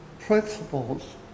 principles